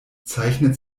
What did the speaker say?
zeichnet